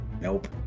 Nope